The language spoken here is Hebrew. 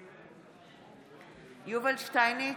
נגד יובל שטייניץ,